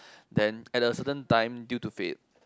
then a certain time due to fate then